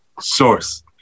source